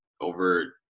over